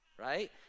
right